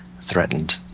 threatened